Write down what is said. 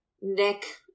Nick